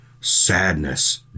sadness